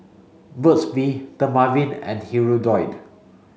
Burt's bee Dermaveen and Hirudoid